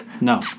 No